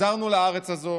חזרנו לארץ הזאת